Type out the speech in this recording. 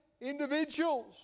individuals